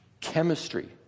Chemistry